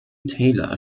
taylor